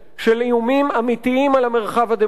של איומים אמיתיים על המרחב הדמוקרטי.